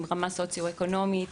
עם רמה סוציו אקונומית,